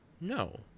No